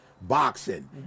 boxing